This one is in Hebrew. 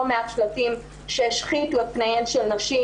מעט שלטים שהשחיתו את פניהן של נשים,